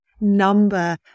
number